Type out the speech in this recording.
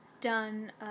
done